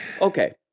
okay